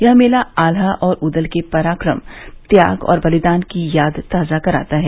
यह मेला आल्हा और ऊदल के पराक्रम त्याग और बलिदान की याद ताज़ा कराता है